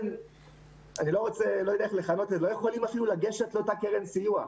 לא יכולים אפילו לגשת לאותה קרן סיוע.